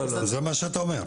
זה מה שאתה אומר.